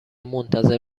منتظر